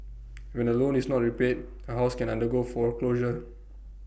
when A loan is not repaid A house can undergo foreclosure